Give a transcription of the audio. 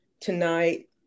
tonight